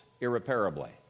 irreparably